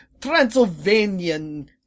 Transylvanian